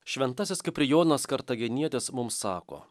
šventasis kiprijonas kartagenietis mums sako